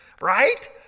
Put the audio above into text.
right